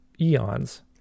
eons